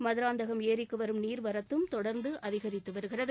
மதுராந்தகம் ஏரிக்கு வரும் நீர்வரத்தும் தொடர்ந்து அதிகரித்து வருகிறது